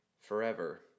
forever